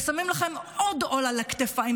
ושמים לכם עוד עול על הכתפיים.